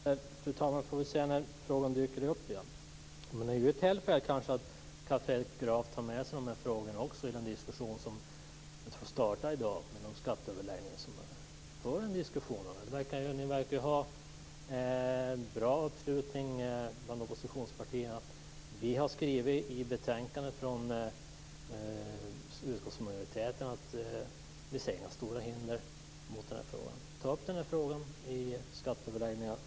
Fru talman! Vi får väl se när frågan dyker upp igen. Men Carl Fredrik Graf kan kanske ta med sig de här frågorna också i den diskussion som startar i dag genom skatteöverläggningarna. Där kan man kanske föra en diskussion om detta. Ni verkar ju ha en bra uppslutning från oppositionspartierna. I betänkandet har utskottsmajoriteten skrivit att vi inte ser några stora hinder i den här frågan. Ta upp den här frågan i skatteöverläggningarna!